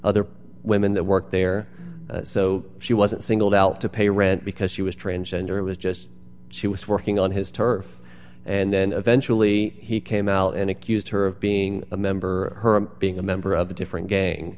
other women that work there so she wasn't singled out to pay rent because she was transgender it was just she was working on his turf and then eventually he came out and accused her of being a member her being a member of a different gang